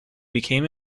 became